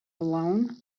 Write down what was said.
alone